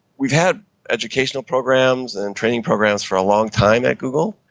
we've had educational programs and training programs for a long time at google,